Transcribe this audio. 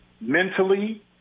mentally